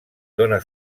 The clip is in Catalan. dóna